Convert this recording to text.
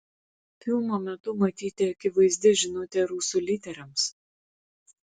filmo metu matyti akivaizdi žinutė rusų lyderiams